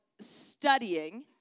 studying